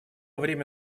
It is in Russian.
время